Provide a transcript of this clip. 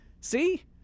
See